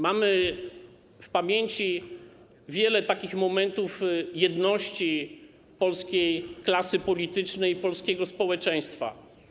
Mamy w pamięci wiele takich momentów jedności polskiej klasy politycznej i polskiego społeczeństwa.